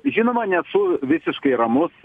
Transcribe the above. žinoma nesu visiškai ramus